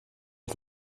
ich